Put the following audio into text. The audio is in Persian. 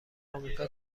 آمریکا